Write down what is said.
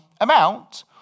amount